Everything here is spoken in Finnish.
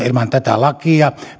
ilman tätä lakia